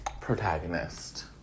protagonist